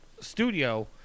studio